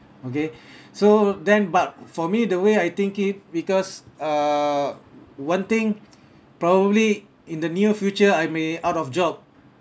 okay so then but for me the way I think it because err one thing probably in the near future I may out of job